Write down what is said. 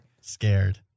Scared